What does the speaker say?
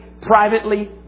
privately